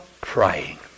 praying